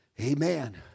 Amen